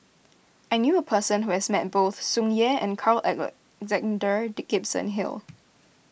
I knew a person who has met both Tsung Yeh and Carl Alexander Gibson Hill